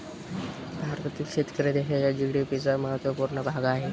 भारतातील शेतकरी देशाच्या जी.डी.पी चा महत्वपूर्ण भाग आहे